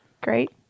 Great